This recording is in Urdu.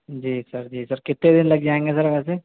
جی سر جی سر کتے دِن لگ جائیں سر ویسے